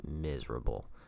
miserable